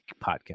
podcast